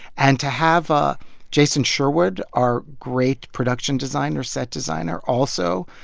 and to have ah jason sherwood our great production designer, set designer also,